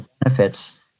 benefits